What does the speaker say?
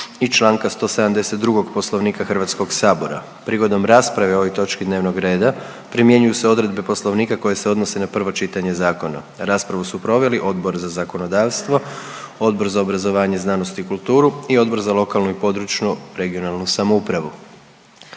i čl. 172. Poslovnika Hrvatskog sabora. Prigodom rasprave o ovoj točki dnevnog reda primjenjuju se odredbe poslovnika koje se odnose na prvo čitanje zakona. Raspravu su proveli Odbor za zakonodavstvo, Odbor za obrazovanje, znanost i kulturu i Odbor za lokalnu i područnu (regionalnu) samoupravu.